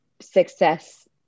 success